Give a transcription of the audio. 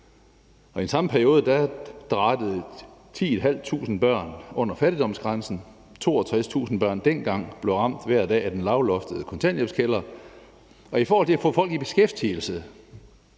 Og i den samme periode drattede 10.500 børn under fattigdomsgrænsen. 62.000 børn blev dengang ramt hver dag af den lavloftede kontanthjælpskælder. Og i forhold til at få folk i beskæftigelse